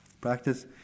Practice